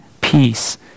peace